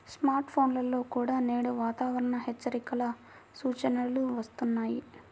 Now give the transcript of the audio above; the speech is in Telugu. స్మార్ట్ ఫోన్లలో కూడా నేడు వాతావరణ హెచ్చరికల సూచనలు వస్తున్నాయి